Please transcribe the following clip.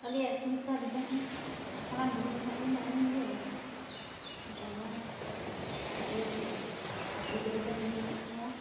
ᱟᱞᱮᱭᱟᱜ ᱥᱚᱝᱥᱟᱨ ᱨᱮᱫᱚ ᱦᱟᱸᱜ ᱦᱟᱲᱟᱢ ᱵᱩᱰᱷᱤ ᱢᱮᱱᱟᱜ ᱞᱤᱧᱟ ᱟᱞᱤᱧ ᱜᱮ ᱵᱟᱵᱟ ᱟᱨ ᱟᱭᱚᱜᱮ ᱟᱨ ᱜᱤᱫᱽᱨᱟᱹ ᱛᱟᱞᱤᱧ ᱢᱮᱱᱟᱜ ᱠᱚᱣᱟ